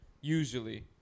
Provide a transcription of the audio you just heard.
usually